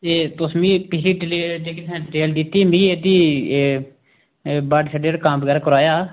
ते तुस मी पिछली डिले जेह्की तुसें डिटेल दित्ती मी एह्दी एह् बाटर शैड्ड आह्ला जेह्ड़ा कम्म बगैरा कराया हा